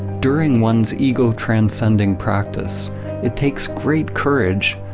during one's ego transcending practice it takes great courage,